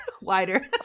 wider